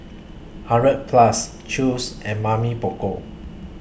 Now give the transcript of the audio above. hundred Plus Chew's and Mamy Poko